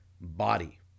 body